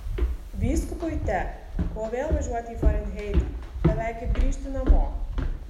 vyskupui te ko vėl važiuoti į farenheitą beveik kaip grįžti namo